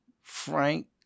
Frank